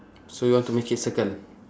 so you want to make it circle